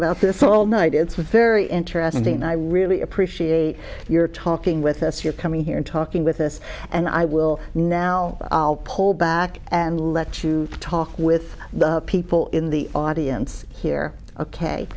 about this all night it's very interesting and i really appreciate your talking with us you're coming here and talking with us and i will now pull back and let you talk with the people in the audience here ok